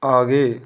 आगे